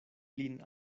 lin